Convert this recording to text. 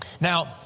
Now